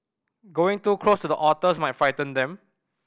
going too close to the otters may frighten them